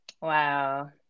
Wow